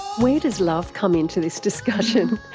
where does love come into this discussion?